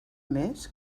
més